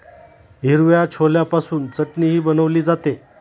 हिरव्या छोल्यापासून चटणीही बनवली जाते